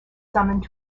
summoned